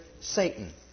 Satan